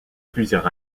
plusieurs